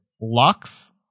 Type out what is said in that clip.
Lux